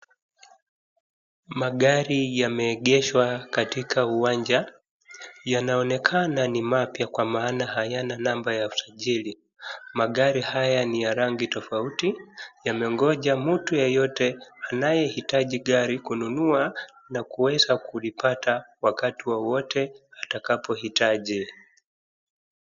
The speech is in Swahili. Magari yameegesha katika uwanja ,yanaonekana ni mapya kwa maana hayana namba ya usajili. Magari hayo ni ya rangi tofauti, yamengoja mtu yeyote anayehitaji gari kununua na kuweza kulipata wakati wowote atakapo hitaji.